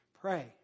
Pray